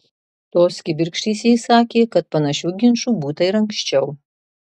tos kibirkštys jai sakė kad panašių ginčų būta ir anksčiau